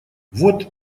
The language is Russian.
вот